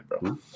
bro